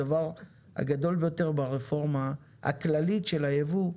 הדבר הגדול ביותר ברפורמה הכללית של הייבוא,